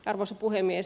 arvoisa puhemies